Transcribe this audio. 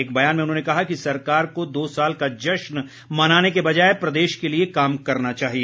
एक बयान में उन्होंने कहा कि सरकार को दो साल का जश्न मनाने के बजाय प्रदेश के लिए काम करना चाहिए